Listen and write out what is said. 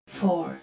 four